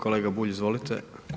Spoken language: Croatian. Kolega Bulj izvolite.